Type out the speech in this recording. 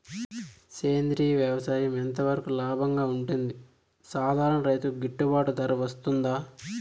సేంద్రియ వ్యవసాయం ఎంత వరకు లాభంగా ఉంటుంది, సాధారణ రైతుకు గిట్టుబాటు ధర వస్తుందా?